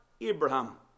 Abraham